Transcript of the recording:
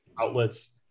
outlets